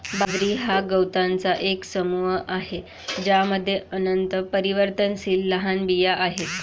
बाजरी हा गवतांचा एक समूह आहे ज्यामध्ये अत्यंत परिवर्तनशील लहान बिया आहेत